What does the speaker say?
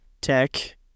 Tech